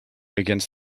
against